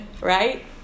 right